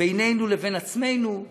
בינינו לבין עצמנו,